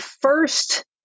first